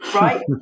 right